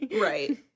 right